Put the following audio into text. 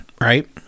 right